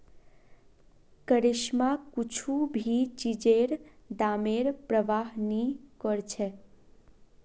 करिश्मा कुछू भी चीजेर दामेर प्रवाह नी करछेक